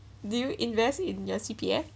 do you invest in your C_P_F